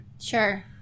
Sure